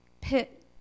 pit